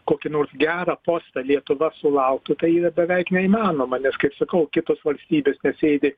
kokį nors gerą postą lietuva sulauktų tai beveik neįmanoma nes kaip sakau kitos valstybės sėdi